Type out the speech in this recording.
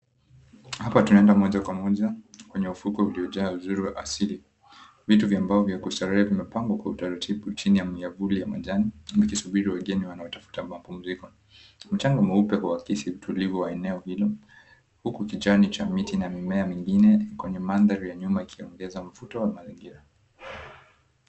Hapa tunaenda moja kwa moja kwenye ufukwe uliojaa uzuri wa asili. Viti vya mbao vya kustarehe vimepangwa kwa utaratibu chini ya miavuli ya majani, vikisubiri wageni wanaotafuta mapumziko. Mchanga mweupe huakisi utulivu wa eneo hilo, huku kijani cha miti na mimea mingine kwenye mandhari ya nyuma ikiongeza mvuto na mazingira.